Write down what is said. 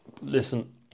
listen